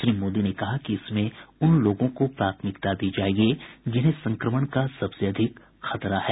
श्री मोदी ने कहा कि इसमें उन लोगों को प्राथमिकता दी जाएगी जिन्हें संक्रमण का सबसे अधिक खतरा है